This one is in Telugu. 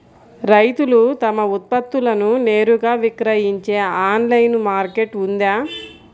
రైతులు తమ ఉత్పత్తులను నేరుగా విక్రయించే ఆన్లైను మార్కెట్ ఉందా?